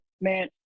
man